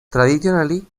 traditionally